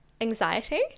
anxiety